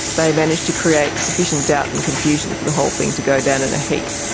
they managed to create sufficient doubt and confusion for the whole thing to go down in a heap.